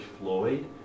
Floyd